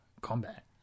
combat